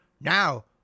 Now